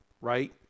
right